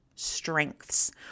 strengths